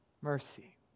mercy